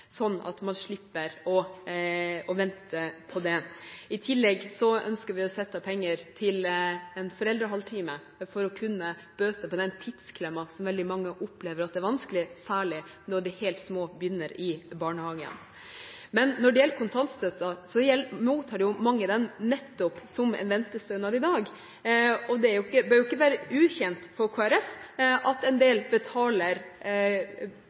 sånn at man slipper å vente på det. I tillegg ønsker vi å sette av penger til en foreldrehalvtime for å kunne bøte på den tidsklemma som veldig mange opplever er vanskelig, særlig når de helt små begynner i barnehagen. Når det gjelder kontantstøtten, mottar mange den nettopp som en ventestønad i dag. Det bør ikke være ukjent for Kristelig Folkeparti at en del betaler